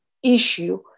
Issue